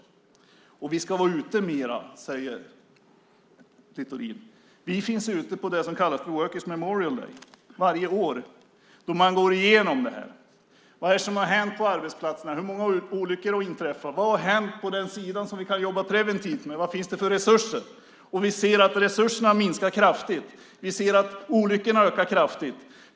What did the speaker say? Vi ska vara ute mer, säger Littorin. Vi är varje år ute på det som kallas Workers Memorial Day då man går igenom detta. Vad är det som har hänt på arbetsplatserna? Hur många olyckor har inträffat? Vad har hänt som vi kan jobba preventivt med? Vilka resurser finns? Vi ser att resurserna minskar kraftigt och att olyckorna ökar kraftigt.